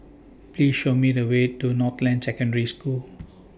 Please Show Me The Way to Northland Secondary School